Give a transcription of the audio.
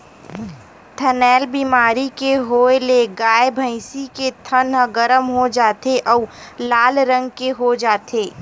थनैल बेमारी के होए ले गाय, भइसी के थन ह गरम हो जाथे अउ लाल रंग के हो जाथे